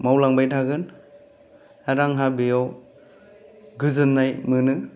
मावलांबाय थागोन आरो आंहा बेयाव गोजोननाय मोनो